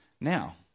Now